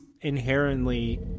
inherently